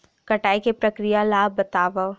कटाई के प्रक्रिया ला बतावव?